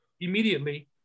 immediately